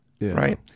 right